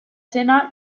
zena